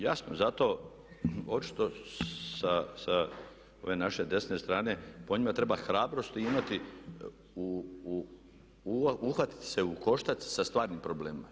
Jasno, zato očito sa ove naše desne strane po njima treba hrabrosti imati uhvatiti se u koštac sa stvarnim problemima.